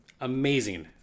amazing